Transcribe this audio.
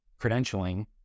credentialing